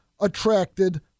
Attracted